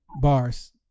Bars